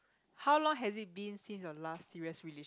how long has it been since your last serious relation~